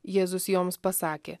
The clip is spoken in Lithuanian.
jėzus joms pasakė